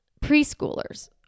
preschoolers